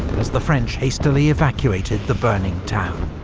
as the french hastily evacuated the burning town.